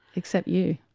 except you.